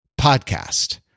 podcast